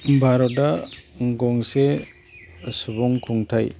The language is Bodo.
भारतआ गंसे सुबुं खुंथाइ